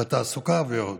בתעסוקה ועוד.